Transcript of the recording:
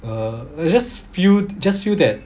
err I just feel just feel that